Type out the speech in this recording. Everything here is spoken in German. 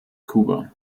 kuba